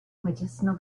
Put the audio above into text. medicinal